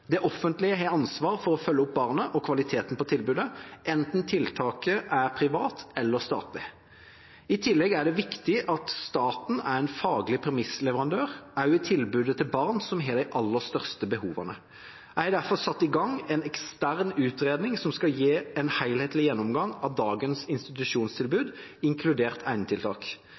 Det offentlige har ansvaret for å følge opp barnet og kvaliteten på tilbudet, enten tiltaket er privat eller statlig. I tillegg er det viktig at staten er en faglig premissleverandør, også i tilbudet til barna som har de aller største behovene. Jeg har derfor satt i gang en ekstern utredning som skal gi en helhetlig gjennomgang av dagens institusjonstilbud, inkludert